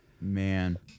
Man